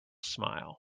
smile